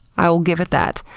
i will give it that.